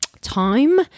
time